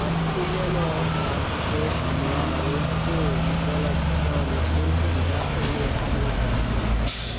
অক্সিজেনৰ আপডে'ট হোৱা ৰূপটো উপলব্ধ নতুন সুবিধাসমূহ মোক দেখুৱাওক